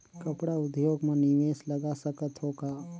कपड़ा उद्योग म निवेश लगा सकत हो का?